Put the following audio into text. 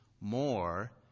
more